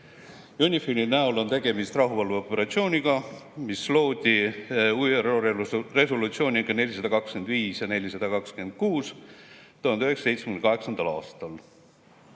UNIFIL‑i näol on tegemist rahuvalveoperatsiooniga, mis loodi ÜRO resolutsioonidega 425 ja 426 1978. aastal.